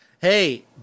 Hey